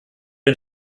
den